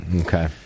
Okay